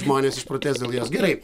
žmonės išprotės dėl jos gerai